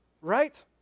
Right